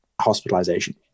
hospitalization